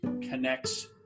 connects